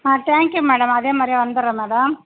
ah thank you madam அதே மாதிரியே வந்துடறோம் மேடம்